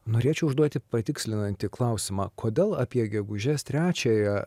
norėčiau užduoti patikslinantį klausimą kodėl apie gegužės trečiąją